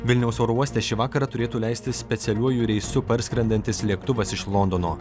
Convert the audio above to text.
vilniaus oro uoste šį vakarą turėtų leistis specialiuoju reisu parskrendantis lėktuvas iš londono